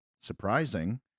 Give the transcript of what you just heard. surprising